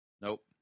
Nope